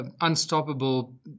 unstoppable